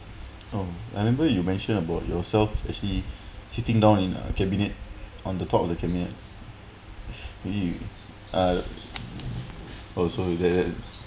oh I remember you mention about yourself actually sitting down in a cabinet on the top of the cabinet you uh oh so that